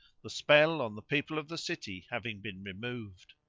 the spell on the people of the city having been removed.